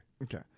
Okay